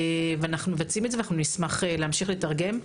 אנחנו מבצעים את זה, ואנחנו נשמח להמשיך לתרגם.